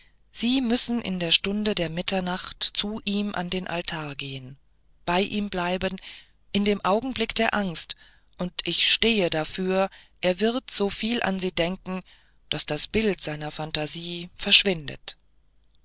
sie müssen in der stunde der mitternacht zu ihm an den altar gehen bei ihm bleiben in den augenblicken der angst und ich stehe dafür er wird so viel an sie denken daß das bild seiner phantasie verschwindet